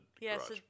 Yes